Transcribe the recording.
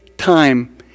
Time